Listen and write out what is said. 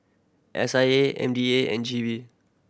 S I A M D A and G V